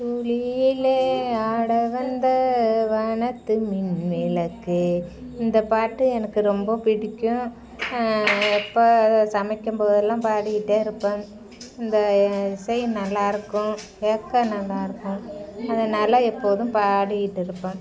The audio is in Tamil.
தூளியிலே ஆட வந்த வானத்து மின் விளக்கே இந்த பாட்டு எனக்கு ரொம்ப பிடிக்கும் எப்போ சமைக்கும் போதெல்லாம் பாடிக்கிட்டே இருப்பேன் இந்த இசை நல்லா இருக்கும் கேட்க நல்லா இருக்கும் அதனால் எப்போதும் பாடிக்கிட்டு இருப்பேன்